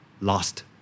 lost